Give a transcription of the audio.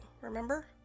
remember